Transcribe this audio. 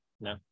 no